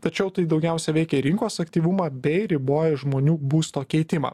tačiau tai daugiausiai veikė rinkos aktyvumą bei riboja žmonių būsto keitimą